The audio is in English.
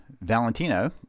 Valentino